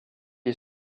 est